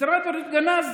משרד הבריאות גנז,